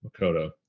Makoto